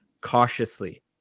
cautiously